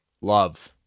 Love